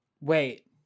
Wait